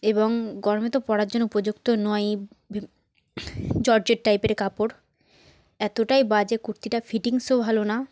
এবং গরমে তো পরার জন্য উপযুক্ত নয়েই জর্জেট টাইপের কাপড় এতোটাই বাজে কুর্তিটা ফিটিংসও ভালো না